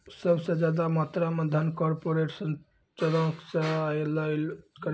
सभ से ज्यादा मात्रा मे धन कार्पोरेटे सेक्टरो से अयलो करे छै